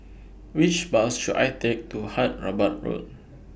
Which Bus should I Take to Hyderabad Road